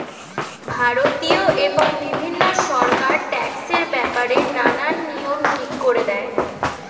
ভারতীয় এবং বিভিন্ন সরকার ট্যাক্সের ব্যাপারে নানান নিয়ম ঠিক করে দেয়